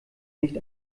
nicht